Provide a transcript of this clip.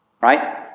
Right